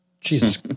Jesus